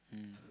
mm